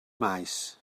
maes